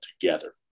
together